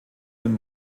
dem